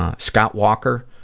ah scott walker,